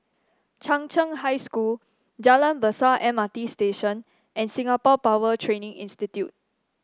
Chung Cheng High School Jalan Besar M R T Station and Singapore Power Training Institute